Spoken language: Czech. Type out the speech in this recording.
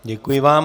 Děkuji vám.